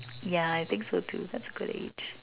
yeah I think so too that's a good age